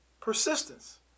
Persistence